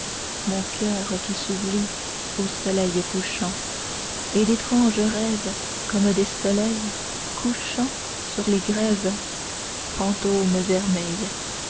mon coeur qui s'oublie aux soleils couchants et d'étranges rêves comme des soleils couchants sur les grèves fantômes vermeils